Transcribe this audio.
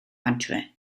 adre